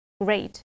great